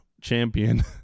champion